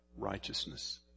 righteousness